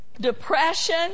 Depression